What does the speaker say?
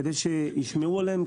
כדי שישמעו עליהם,